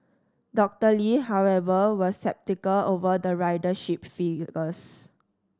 Doctor Lee however was sceptical over the ridership figures